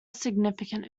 significant